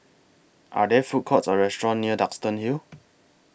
Are There Food Courts Or restaurants near Duxton Hill